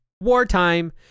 Wartime